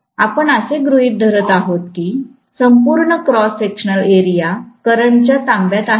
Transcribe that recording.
आपण असे गृहित धरत आहोत कीसंपूर्ण क्रॉस सेक्शनलएरिया करंटच्या ताब्यातआहे